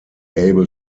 able